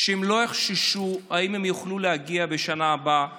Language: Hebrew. לא יחששו מכך שלא יוכלו להגיע בשנה הבאה